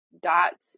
dot